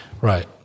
Right